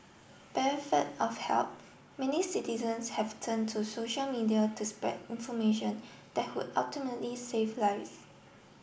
of help many citizens have turn to social media to spread information that would ultimately save lives